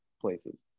places